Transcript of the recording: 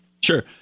Sure